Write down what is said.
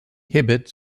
hibbert